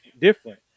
Different